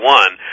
one